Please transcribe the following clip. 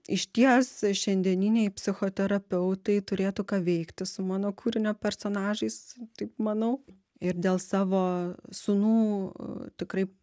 išties šiandieniniai psichoterapeutai turėtų ką veikti su mano kūrinio personažais taip manau ir dėl savo sūnų tikrai